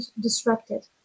disrupted